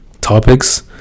topics